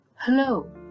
Hello